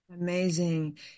Amazing